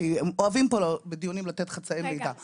הם אוהבים לתת חצאי מידע פה בדיונים.